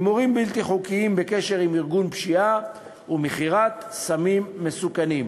הימורים בלתי חוקיים בקשר עם ארגון פשיעה ומכירת סמים מסוכנים.